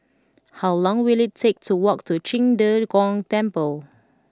how long will it take to walk to Qing De Gong Temple